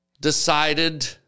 decided